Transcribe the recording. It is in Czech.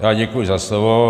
Já děkuji za slovo.